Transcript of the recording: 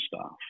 staff